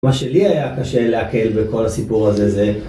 מה שלי היה קשה להקל בכל הסיפור הזה זה...